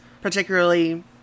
particularly